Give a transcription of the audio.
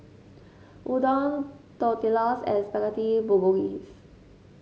Udon Tortillas and Spaghetti Bolognese